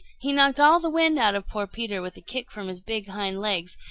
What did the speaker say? he knocked all the wind out of poor peter with a kick from his big hind legs,